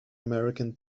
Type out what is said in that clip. american